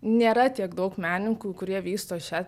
nėra tiek daug menininkų kurie vysto šią